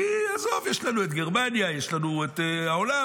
כי עזוב, יש לנו את גרמניה, יש לנו את העולם.